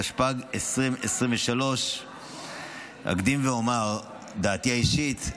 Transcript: התשפ"ג 2023. אקדים ואומר את דעתי האישית,